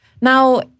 Now